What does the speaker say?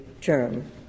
term